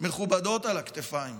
מכובדות על הכתפיים,